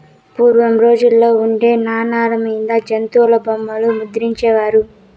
పూర్వం రోజుల్లో ఉండే నాణాల మీద జంతుల బొమ్మలు ముద్రించే వారు